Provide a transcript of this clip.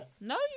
No